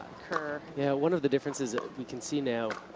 kerr. yeah one of the differences we can see now.